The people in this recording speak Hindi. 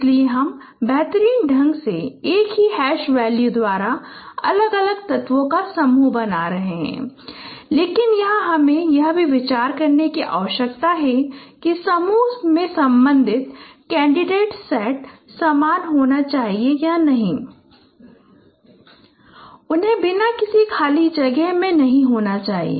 इसलिए हम बेतरतीब ढंग से एक ही हैश वैल्यू द्वारा अलग अलग तत्वों का समूह बना रहे हैं लेकिन यहां हमें यह भी विचार करने की आवश्यकता है कि समूह में संबंधित कैंडिडेट सेट समान होना चाहिए नहीं उन्हें बिना किसी खाली जगह में नहीं होना चाहिए